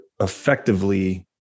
effectively